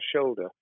shoulder